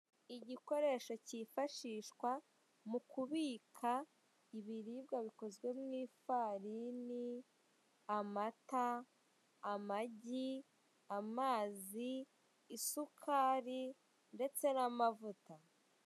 Igikoresho cyifashishwa mu kubika ibiribwa bikozwe mu ifarini, amata, amagi, amazi, isukari, ndetse n'amavuta.